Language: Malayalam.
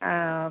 ആ